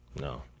No